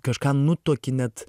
kažką nutuoki net